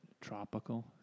tropical